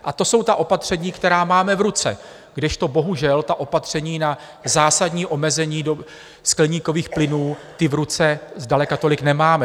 A to jsou ta opatření, která máme v ruce, kdežto bohužel ta opatření na zásadní omezení skleníkových plynů, ta v ruce zdaleka tolik nemáme.